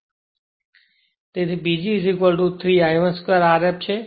તેથી PG 3 I1 2 Rf છે